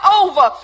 over